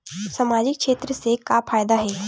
सामजिक क्षेत्र से का फ़ायदा हे?